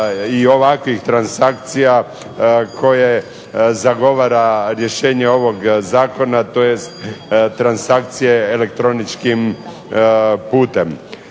i ovakvih transakcija koje zagovara rješenje ovog zakona tj. transakcije elektroničkim putem.